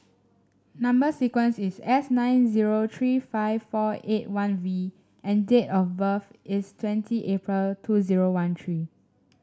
number sequence is S nine zero three five four eight one V and date of birth is twenty April two zero one three